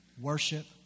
worship